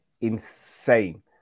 insane